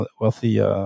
wealthy